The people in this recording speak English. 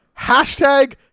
Hashtag